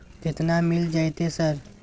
केतना मिल जेतै सर?